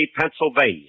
Pennsylvania